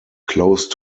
close